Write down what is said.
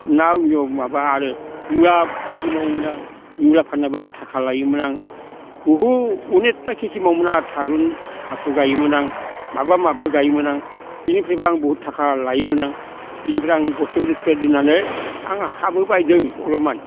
आं ना उयन' माबा आरो मुला खिथि मावोमोन आं मुला फाननाबो आं थाखा लायोमोन आं बुहुद अनेखथा खिथि मावोमोन आं थारुन थास' गायोमोन आं माबा माबा गायोमोन आं बिनिफ्रायबो बहुद थाखा लायोमोन आं बिनिफ्राय आं गरसे गरनै खुस्रा दोननानै आं हाबो बायदों अलबमान